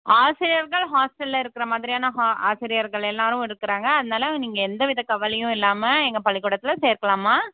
ஆசிரியர்கள் ஹாஸ்ட்டலில் இருக்கற மாதிரியான ஹா ஆசிரியர்கள் எல்லாரும் இருக்கிறாங்க அதனால நீங்கள் எந்த வித கவலையும் இல்லாமல் எங்கள் பள்ளிக்கூடத்தில் சேர்க்கலாம்மா